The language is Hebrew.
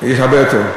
יש הרבה יותר.